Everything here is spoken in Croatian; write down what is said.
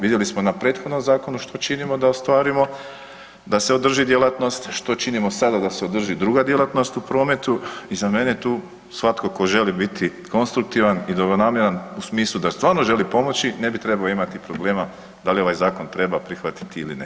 Vidjeli smo na prethodnom zakonu što činimo da ostvarimo, da se održi djelatnost, što činimo sada da se održi druga djelatnost u prometu i za mene tu svatko tko želi biti konstruktivan i dobronamjeran u smislu da stvarno želi pomoći ne bi trebao imati problema da li ovaj zakon treba prihvatiti ili ne.